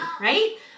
right